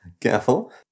careful